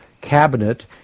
cabinet